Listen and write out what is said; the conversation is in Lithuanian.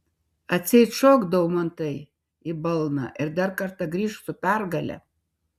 atseit šok daumantai į balną ir dar kartą grįžk su pergale